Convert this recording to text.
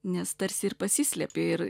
nes tarsi ir pasislepi ir